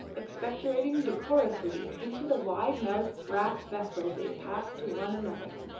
expectorating decorously into the wide mouthed brass vessel they passed to one another,